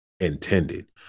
intended